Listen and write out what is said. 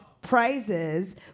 prizes